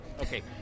Okay